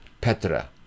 Petra